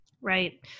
right